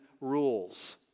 rules